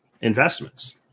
investments